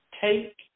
Take